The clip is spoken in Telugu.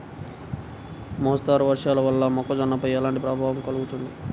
మోస్తరు వర్షాలు వల్ల మొక్కజొన్నపై ఎలాంటి ప్రభావం కలుగుతుంది?